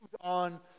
on